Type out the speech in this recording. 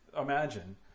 Imagine